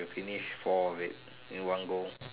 finish four of it in one go